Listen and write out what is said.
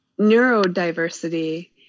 Neurodiversity